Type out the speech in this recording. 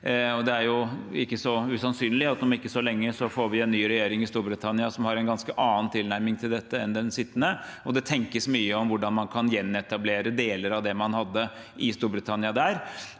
Det er ikke så usannsynlig at vi om ikke så lenge får en regjering i Storbritannia som har en ganske annen tilnærming til dette enn den sittende, og det tenkes mye der om hvordan man kan gjenetablere deler av det man hadde i Storbritannia.